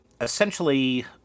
essentially